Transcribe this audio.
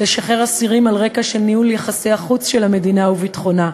לשחרר אסירים על רקע של ניהול יחסי החוץ של המדינה וביטחונה,